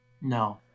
No